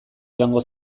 joango